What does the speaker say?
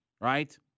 right